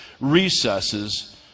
recesses